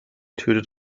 tötet